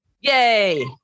yay